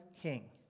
king